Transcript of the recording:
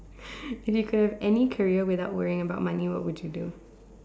if you could have any career without worrying about money what would you do